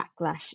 backlash